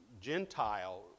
Gentile